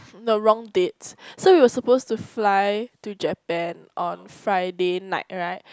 the wrong dates so we were supposed to fly to Japan on Friday night right